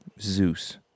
Zeus